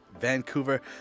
Vancouver